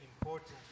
important